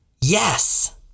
Yes